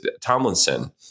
Tomlinson